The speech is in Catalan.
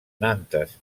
nantes